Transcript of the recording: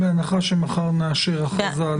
בהנחה שמחר נאשר הכרזה.